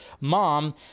mom